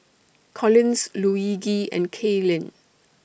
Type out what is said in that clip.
Collins Luigi and Kaylin